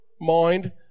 mind